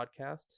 podcast